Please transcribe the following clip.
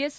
S